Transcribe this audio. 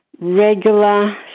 regular